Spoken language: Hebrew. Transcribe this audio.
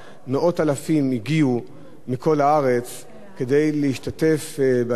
מאות אלפים הגיעו מכל הארץ כדי להשתתף בלוויה,